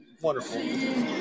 wonderful